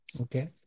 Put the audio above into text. Okay